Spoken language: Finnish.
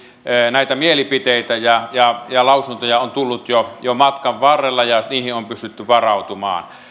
näitä mielipiteitä ja ja lausuntoja on tullut jo matkan varrella ja niihin on pystytty varautumaan